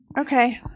Okay